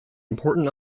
important